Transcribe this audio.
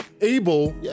able